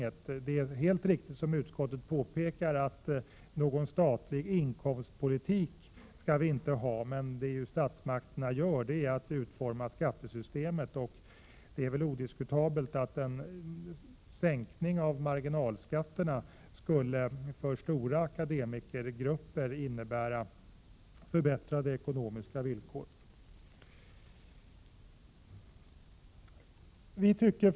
Det är riktigt att, som utskottet, framhålla att vi inte skall ha någon statlig inkomstpolitik. Men statsmakterna utformar skattesystemet, och det är odiskutabelt att en sänkning av marginalskatterna skulle innebära förbättrade ekonomiska villkor för stora akademikergrupper.